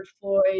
Floyd